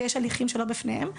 ויש הליכים שלא בפניהם.